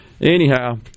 anyhow